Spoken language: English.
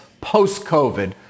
post-COVID